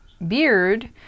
beard